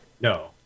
No